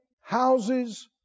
houses